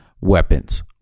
weapons